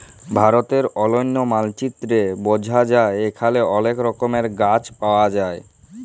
ভারতের অলন্য মালচিত্রে বঝা যায় এখালে অলেক রকমের গাছ পায়া যায়